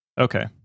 Okay